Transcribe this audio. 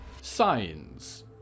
Signs